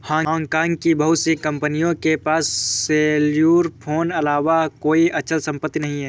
Hong Kong की बहुत सी कंपनियों के पास सेल्युलर फोन अलावा कोई अचल संपत्ति नहीं है